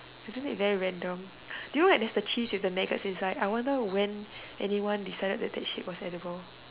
isn't it very random do you know that there is the cheese with the maggots inside I wonder when anyone decided that that shit was edible